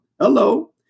Hello